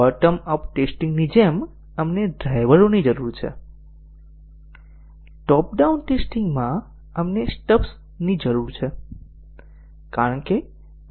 bottom up ટેસ્ટિંગની જેમ આપણને ડ્રાઇવરોની જરૂર છે ટોપ ડાઉન ટેસ્ટિંગમાં આપણને સ્ટબ્સની જરૂર છે